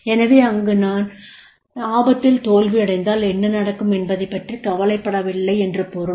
எனவே அங்கு அவர் நான் ஆபத்தில் தோல்வியடைந்தால் என்ன நடக்கும் என்பதைப் பற்றிக் கவலைப்படவில்லை என்று பொருள்